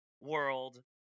world